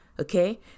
Okay